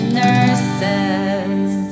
nurses